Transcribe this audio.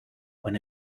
when